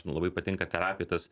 labai patinka terapijoj tas